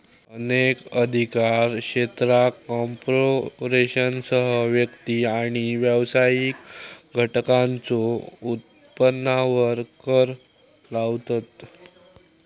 अनेक अधिकार क्षेत्रा कॉर्पोरेशनसह व्यक्ती आणि व्यावसायिक घटकांच्यो उत्पन्नावर कर लावतत